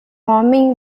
homem